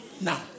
now